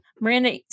Miranda